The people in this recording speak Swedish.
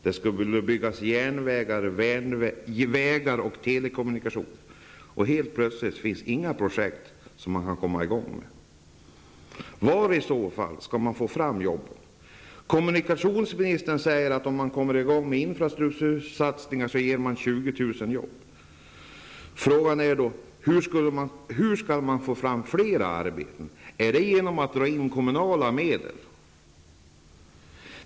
Det skulle byggas järnvägar, vägar och telekommunikationer, och helt plötsligt finns inga projekt som man kan komma i gång med. Kommunikationsministern säger att om man kommer i gång med infrastruktursatsningar så ger det 20 000 jobb. Frågan är då: Hur skall man få fram fler arbeten? Är det genom att dra in kommunala medel?